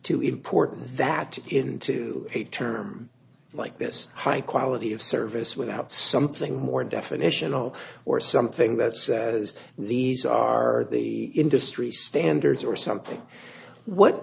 too important that into a term like this high quality of service without something more definitional or something that says these are the industry standards or something what